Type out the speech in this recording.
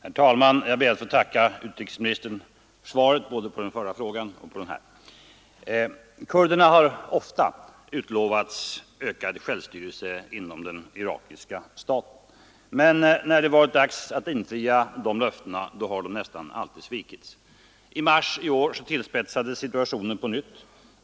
Herr talman! Jag ber att även här få tacka utrikesministern för svaret. Kurderna har ofta utlovats ökad självstyrelse inom den irakiska staten. Men när det varit dags att infria dessa löften har de nästan alltid svikits. I mars i år tillspetsades situationen på nytt.